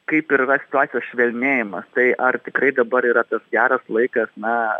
kaip ir yra situacijos švelnėjimas tai ar tikrai dabar yra tas geras laikas na